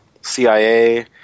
CIA